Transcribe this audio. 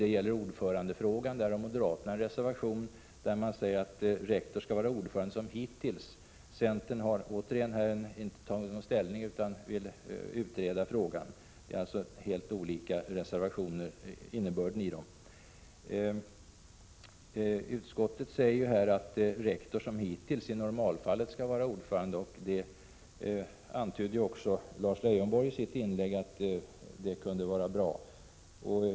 Beträffande ordförandefrågan har moderaterna en reservation — man vill att rektor, som hittills, skall vara ordförande. Centern har återigen inte tagit ställning utan vill utreda frågan. Det är alltså helt olika innebörd i dessa två reservationer. Utskottsmajoriteten anser att rektor, som hittills, i normalfallet skall vara ordförande. Lars Leijonborg antydde i sitt inlägg också att det kunde vara bra.